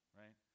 right